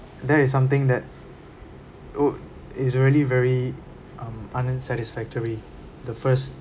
that is something that w~ is really very um unsatisfactory the first